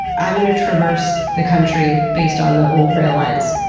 i'm gonna traverse the country based on the old rail lines?